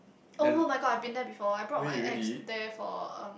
oh-my-god I've been there before I brought my ex there for a